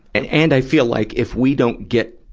and and, i feel like, if we don't get,